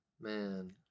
Man